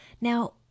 Now